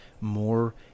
more